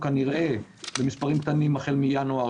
כנראה במספרים קטנים החל מינואר,